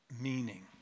meaning